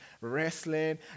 wrestling